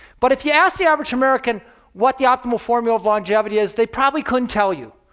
but if you ask the average american what the optimal formula of longevity is, they probably couldn't tell you.